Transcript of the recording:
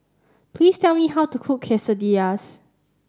please tell me how to cook Quesadillas